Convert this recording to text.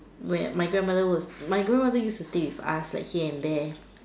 where my grandmother was my grandmother used to stay with us like here and there